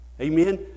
Amen